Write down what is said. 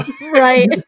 Right